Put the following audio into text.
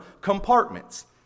compartments